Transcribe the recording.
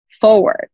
forward